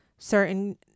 certain